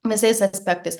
visais aspektais